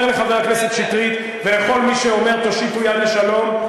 ואני אומר לחבר הכנסת שטרית ולכל מי שאומר: תושיטו יד לשלום,